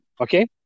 okay